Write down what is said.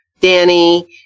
Danny